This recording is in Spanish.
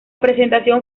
presentación